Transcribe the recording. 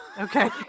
Okay